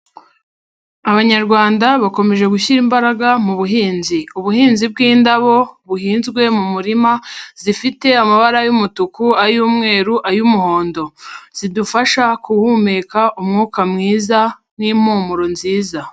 Abanyarwanda bakomeje gushyira imbaraga mu buhinzi, ubuhinzi bw'indabo buhinzwe mu murima zifite amabara y'umutuku, ay'umweru, ay'umuhondo, zidufasha guhumeka umwuka mwiza n'impumuro nziza.